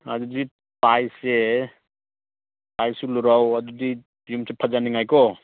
ꯑꯗꯨꯗꯤ ꯇꯥꯏꯜꯁꯁꯦ ꯑꯗꯨꯗꯤ ꯌꯨꯝꯁꯦ ꯐꯖꯥꯅꯤꯡꯉꯥꯏ ꯀꯣ